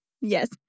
Yes